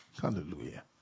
hallelujah